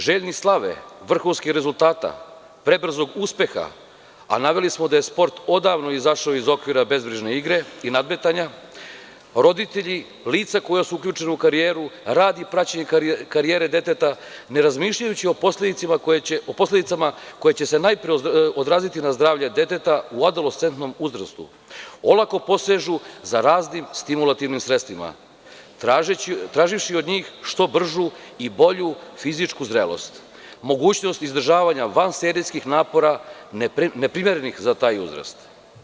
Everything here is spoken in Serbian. Željni slave, vrhunskih rezultata, prebrzog uspeha, a naveli smo da je sport odavno izašao iz okvira bezbrižne igre i nadmetanja, roditelji, lica koja su uključena u karijeru, rad i praćenje karijere deteta, ne razmišljajući o posledica koje će se najpre odraziti na zdravlje deteta u adolescentnom uzrastu, olako posežu za raznim stimulativnim sredstvima traživši od njih što bržu i bolju fizičku zrelosti, mogućnosti izdržavanja vanserijskih napora, neprimerenih za taj uzrast.